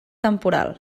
temporal